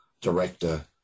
director